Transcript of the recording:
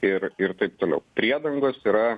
ir ir taip toliau priedangos yra